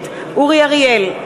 נגד אורי אריאל,